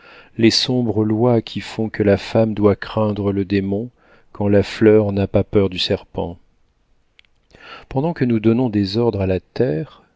les sombres lois qui font que la femme doit craindre le démon quand la fleur n'a pas peur du serpent pendant que nous donnons des ordres à la terre